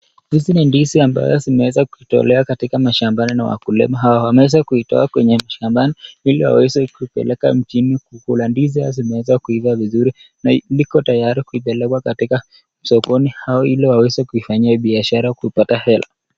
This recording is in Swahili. Hizi ni ndizi ambayo zimeweza kutolewa katika mashambani na wakulima hawa wameweza kuitoa kwenye shambani ili waweze kupeleka mjini, kuna ndizi zimeweza kuiva vizuri, na ziko tayari kupelekwa katika sokoni ili waweze kufanya biashara kupata hela.